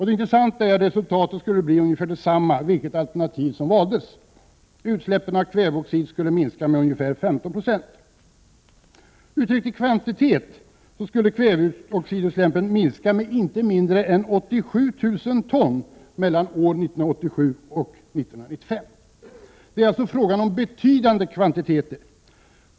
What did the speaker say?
Det intressanta är att resultatet skulle bli ungefär detsamma vilket alternativ som än valdes. Utsläppen av kväveoxid skulle minska med ca 15 2». Uttryckt i kvantitet skulle kväveoxidutsläppen minska med inte mindre än 87 000 ton mellan åren 1987 och 1995. Det är alltså fråga om betydande kvantiteter.